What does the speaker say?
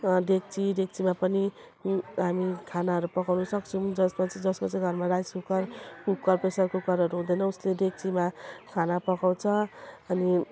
डेक्ची डेक्चीमा पनि हामी खानाहरू पकाउनसक्छौँ जसको चाहिँ जसको चाहिँ घरमा राइस कुकर कुकर प्रेसर कुकरहरू हुँदैन उसले डेक्चीमा खाना पकाउँछ अनि